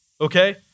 okay